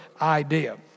idea